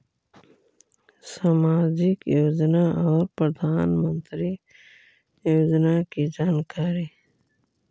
समाजिक योजना और प्रधानमंत्री योजना की जानकारी?